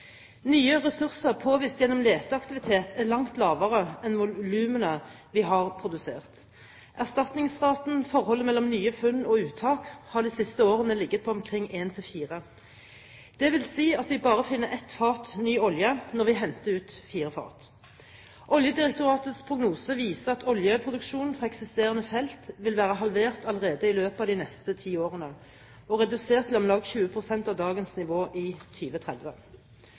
Nye ressurser påvist gjennom leteaktivitet er langt mindre enn volumene vi har produsert. Erstatningsraten – forholdet mellom nye funn og uttak – har de siste årene ligget på omkring én til fire. Det vil si at vi bare finner ett fat ny olje når vi henter ut fire fat. Oljedirektoratets prognoser viser at oljeproduksjonen fra eksisterende felt vil være halvert allerede i løpet av de neste ti årene, og redusert til om lag 20 pst. av dagens nivå i